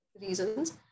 reasons